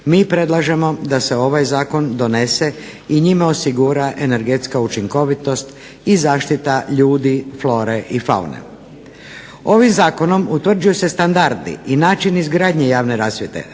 mi predlažemo da se ovaj zakon donese i njime osigura energetska učinkovitost i zaštita ljudi, flore i faune. Ovim zakonom utvrđuju se standardi i način izgradnje javne rasvjete,